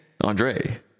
andre